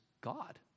God